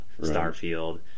Starfield